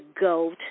GOAT